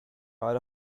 out